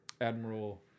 Admiral